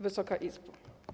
Wysoka Izbo!